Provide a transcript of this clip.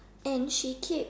and she keep